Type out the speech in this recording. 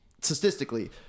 statistically